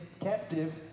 captive